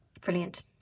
Brilliant